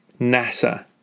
NASA